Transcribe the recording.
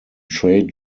trade